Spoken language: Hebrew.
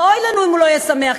ואוי לנו אם הוא לא יהיה שמח,